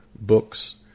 books